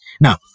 Now